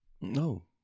No